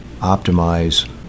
optimize